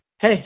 Hey